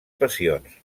passions